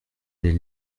les